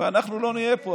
אנחנו לא נהיה פה.